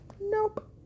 nope